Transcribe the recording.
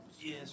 Yes